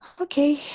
Okay